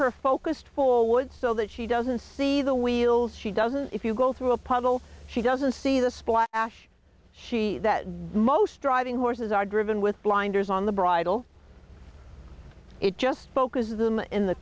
her focused full wood so that she doesn't see the wheels she doesn't if you go through a puddle she doesn't see the splash she most driving horses are driven with blinders on the bridle it just focuses them in the